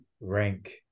rank